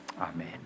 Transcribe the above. Amen